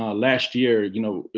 ah last year, you know,